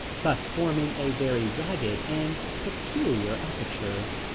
thus forming a very ragged and peculiar aperture.